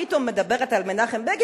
פתאום מדברת על מנחם בגין.